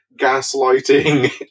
gaslighting